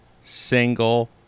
single